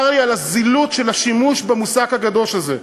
צר לי על הזילות של השימוש במושג הקדוש הזה.